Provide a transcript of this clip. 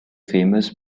famous